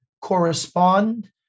correspond